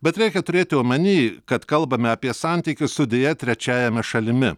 bet reikia turėti omeny kad kalbame apie santykius su deja trečiajame šalimi